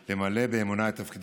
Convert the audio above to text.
עכשיו, למה זה מעצבן